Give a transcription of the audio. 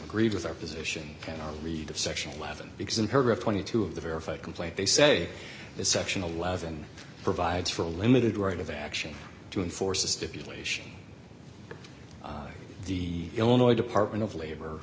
agreed with our position on our read of section eleven because in paragraph twenty two of the verify complaint they say that section eleven provides for a limited right of action to enforce a stipulation the illinois department of labor